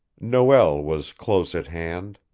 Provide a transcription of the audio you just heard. noel was close at hand.